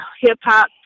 hip-hop